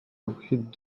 abrite